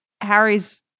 Harry's